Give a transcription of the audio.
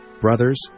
brothers